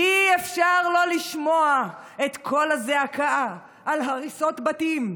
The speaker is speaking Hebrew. "אי-אפשר לא לשמוע את הזעקה על הריסות בתים,